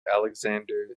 alexander